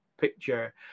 picture